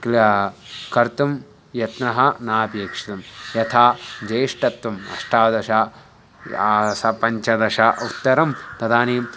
क्ला कर्तुं यत्नः नापेक्षितं यथा ज्येष्ठत्वम् अष्टादश पञ्चदश उत्तरं तदानीं